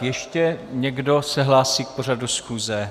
Ještě někdo se hlásí k pořadu schůze?